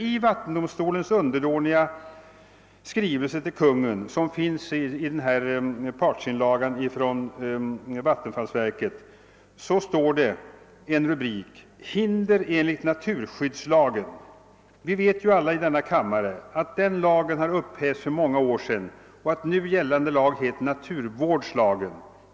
I vattendomstolens underdåniga skrivelse till Konungen, som är intagen i partsinlagan från 'vattenfallsverket, återfinns följande rubrik: »Hinder enligt naturskyddslagen.» Vi vet ju alla i denna kammare att den lagen upphävdes för många år sedan och att nu gällande lag heter naturvårdslagen.